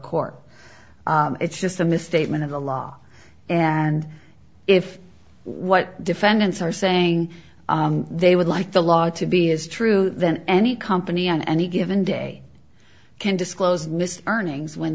court it's just a misstatement of the law and if what defendants are saying they would like the law to be is true then any company on any given day can disclose miss earnings when